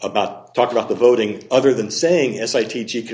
about talk about the voting other than saying as i teach you can